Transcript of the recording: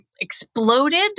exploded